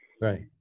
Right